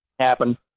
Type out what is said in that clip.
happen